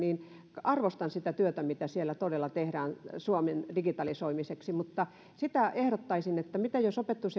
ja arvostan sitä työtä mitä siellä todella tehdään suomen digitalisoimiseksi mutta sitä ehdottaisin että mitä jos opetus